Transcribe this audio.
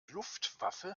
luftwaffe